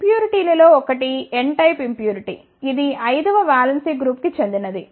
ఇంప్యూరిటీలలో ఒకటి n type impurity ఇది 5 వ వాలెన్స్ గ్రూప్ కు చెందినది